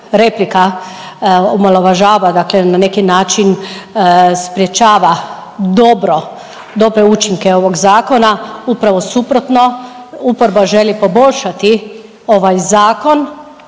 replika omalovažava dakle na neki način sprječava dobro, dobre učinke ovog zakona. Upravo suprotno. Oporba želi poboljšati ovaj zakon,